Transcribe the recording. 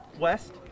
West